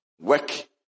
work